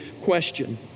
question